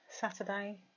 Saturday